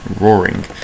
roaring